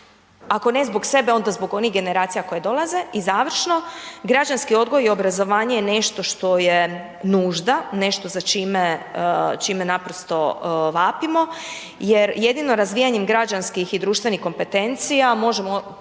ako ne zbog sebe, onda zbog onih generacija koji dolaze. I završno, građanski odgoj i obrazovanje je nešto što je nužda, nešto za čime, naprosto, vapimo, jer jedino razvijanjem građanskim i društvenih kompetencija, možemo